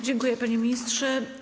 Dziękuję, panie ministrze.